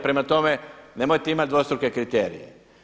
Prema tome, nemojte imati dvostruke kriterije.